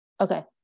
Okay